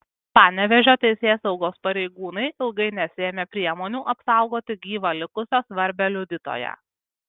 panevėžio teisėsaugos pareigūnai ilgai nesiėmė priemonių apsaugoti gyvą likusią svarbią liudytoją